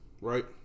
Right